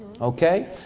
Okay